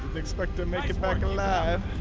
expect to make it back to laugh